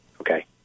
Okay